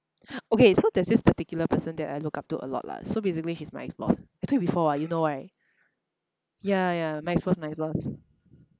okay so there's this particular person that I look up to a lot lah so basically she's my ex-boss I told you before [what] you know right ya ya my ex-boss my ex-boss